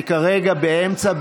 אני כרגע באמצע.